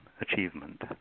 achievement